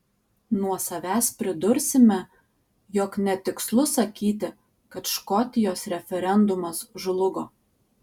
nuo savęs pridursime jog netikslu sakyti kad škotijos referendumas žlugo